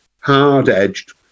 hard-edged